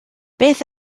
beth